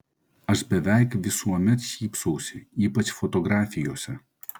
aš beveik visuomet šypsausi ypač fotografijose